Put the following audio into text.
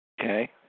Okay